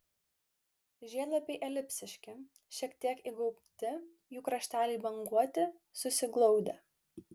žiedlapiai elipsiški šiek tiek įgaubti jų krašteliai banguoti susiglaudę